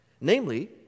Namely